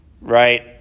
right